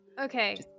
Okay